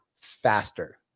faster